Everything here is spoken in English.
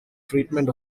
treatment